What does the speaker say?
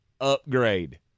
Upgrade